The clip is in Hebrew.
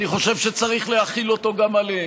אני חושב שצריך להחיל אותו גם עליהם.